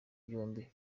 byombi